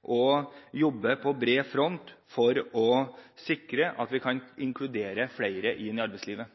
å jobbe på bred front for å sikre at vi kan inkludere flere i arbeidslivet.